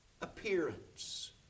appearance